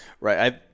Right